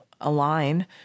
align